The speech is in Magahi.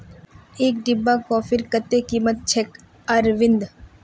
एक डिब्बा कॉफीर कत्ते कीमत छेक अरविंद